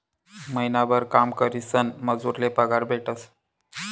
महिनाभर काम करीसन मजूर ले पगार भेटेस